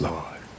Lord